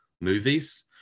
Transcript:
movies